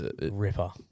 ripper